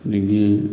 ꯑꯗꯒꯤ